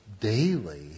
daily